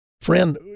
friend